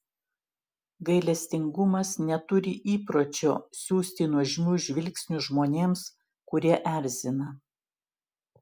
gailestingumas neturi įpročio siųsti nuožmių žvilgsnių žmonėms kurie erzina